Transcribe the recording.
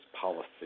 policy